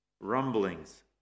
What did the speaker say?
rumblings